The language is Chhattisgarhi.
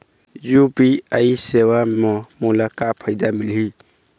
यू.पी.आई सेवा म मोला का फायदा मिलही?